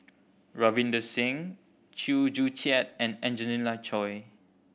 Ravinder Singh Chew Joo Chiat and Angelina Choy